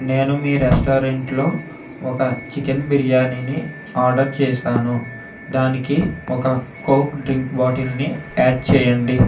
నేను మీ రెస్టారెంట్లో ఒక చికెన్ బిర్యానీని ఆర్డర్ చేశాను దానికి ఒక కోక్ డ్రింక్ బాటిల్ని యాడ్ చేయండి